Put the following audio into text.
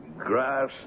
Grass